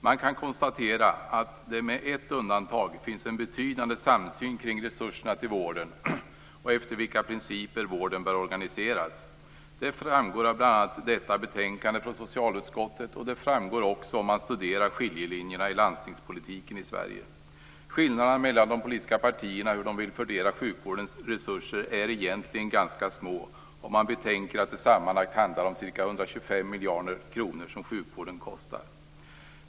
Man kan konstatera att det med ett undantag finns en betydande samsyn kring resurserna till vården och efter vilka principer vården bör organiseras. Det framgår av bl.a. detta betänkande från socialutskottet, och det framgår också om man studerar skiljelinjerna i landstingspolitiken i Sverige. Skillnaderna mellan hur de politiska partierna vill fördela sjukvårdens resurser är egentligen ganska små om man betänker att det sammanlagt handlar om ca 125 miljarder kronor. Så mycket kostar sjukvården.